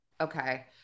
Okay